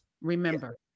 remember